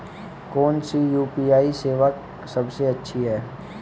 कौन सी यू.पी.आई सेवा सबसे अच्छी है?